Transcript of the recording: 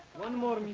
one more,